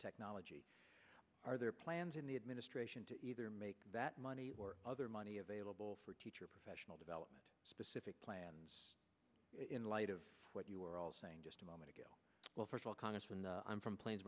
technology are there plans in the administration to either make that money or other money available for teacher professional development specific plans in light of what you were all saying just a moment ago well first of all congressman i'm from pla